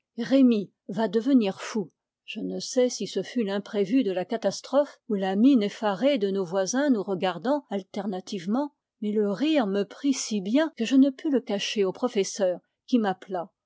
bémy va devenir fou je ne sais si ce fut l'imprévu de la catastrophe ou la mine effarée de nos voisins nous regardant alternativement mais le rire me prit si bien que je ne pus le cacher au professeur qui m'appela